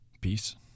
Peace